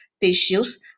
tissues